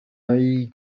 hay